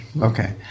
Okay